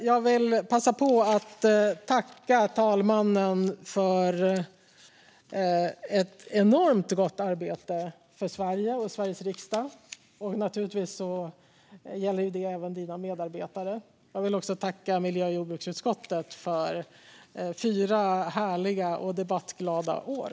Jag vill passa på att tacka talmannen för ett enormt gott arbete för Sverige och Sveriges riksdag. Naturligtvis gäller detta även talmannens medarbetare. Jag vill också tacka miljö och jordbruksutskottet för fyra härliga och debattglada år.